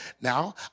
now